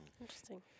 Interesting